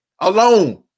alone